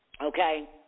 okay